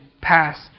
pass